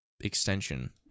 extension